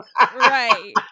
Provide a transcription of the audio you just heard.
Right